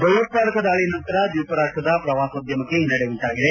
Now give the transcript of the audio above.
ಭಯೋತ್ಪಾದಕ ದಾಳಿ ನಂತರ ದ್ವೀಪ ರಾಷ್ಪದ ಶ್ರವಾಸೋದ್ಯಮಕ್ಕೆ ಹಿನ್ನಡೆ ಉಂಟಾಗಿದೆ